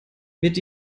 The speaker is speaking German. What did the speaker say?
mit